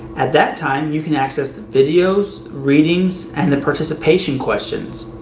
at that time, you can access the videos, readings, and the participation questions.